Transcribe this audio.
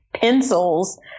pencils